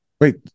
Wait